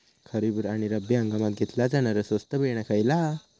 खरीप आणि रब्बी हंगामात घेतला जाणारा स्वस्त बियाणा खयला?